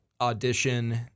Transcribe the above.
audition